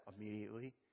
immediately